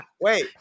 wait